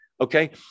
Okay